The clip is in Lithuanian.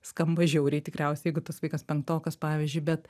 skamba žiauriai tikriausiai jeigu tas vaikas penktokas pavyzdžiui bet